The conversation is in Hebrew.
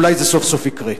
אולי זה סוף סוף יקרה.